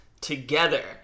together